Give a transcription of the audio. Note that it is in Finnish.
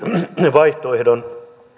vaihtoehdon